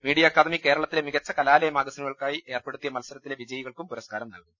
media academy കേരളത്തിലെ മികച്ച കലാലയ മാഗസിനുകൾക്കായി ഏർപ്പെടുത്തിയ മത്സരത്തിലെ വിജയികൾക്കും പുരസ് കാരം നൽകും